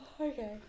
okay